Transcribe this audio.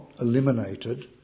eliminated